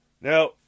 Now